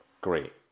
great